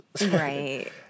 Right